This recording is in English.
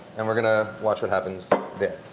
and we're going to watch what happens there.